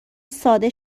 ساده